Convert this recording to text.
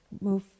move